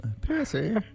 Percy